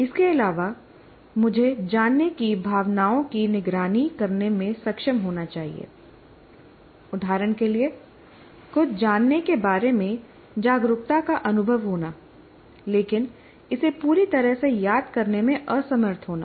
इसके अलावा मुझे जानने की भावनाओं की निगरानी करने में सक्षम होना चाहिए उदाहरण के लिए कुछ जानने के बारे में जागरूकता का अनुभव होना लेकिन इसे पूरी तरह से याद करने में असमर्थ होना